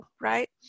right